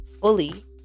fully